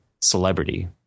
celebrity